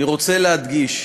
אני רוצה להדגיש: